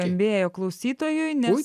kalbėjo klausytojui ne